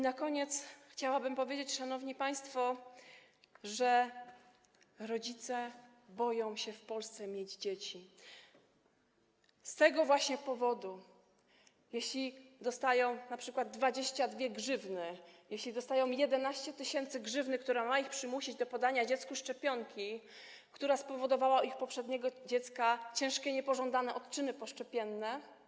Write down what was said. Na koniec chciałabym powiedzieć, szanowni państwo, że rodzice boją się w Polsce mieć dzieci z tego właśnie powodu, jeśli dostają np. 22 grzywny, jeśli dostają 11 tys. grzywny, która ma ich przymusić do podania dziecku szczepionki, która spowodowała u ich poprzedniego dziecka ciężkie niepożądane odczyny poszczepienne.